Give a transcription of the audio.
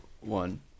one